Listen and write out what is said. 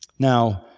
now,